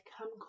come